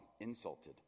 insulted